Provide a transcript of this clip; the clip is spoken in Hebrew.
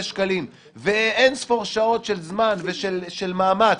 שקלים ואין-ספור שעות של זמן ושל מאמץ,